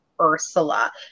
ursula